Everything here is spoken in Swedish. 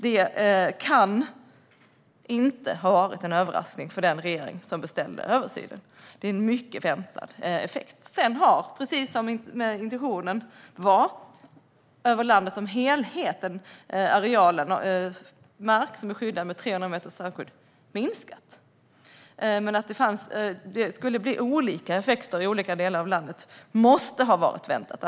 Det kan inte ha varit en överraskning för den regering som beställde översynen. Det är en mycket väntad effekt. Sedan har, precis som intentionen var, den areal av marken i landet som helhet som är skyddad med 300 meters strandskydd minskat. Men att det skulle bli olika effekter i olika delar av landet måste ha varit väntat.